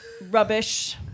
Rubbish